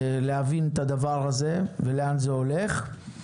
להבין את הדבר הזה ולאן זה הולך?